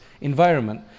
environment